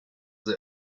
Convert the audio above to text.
they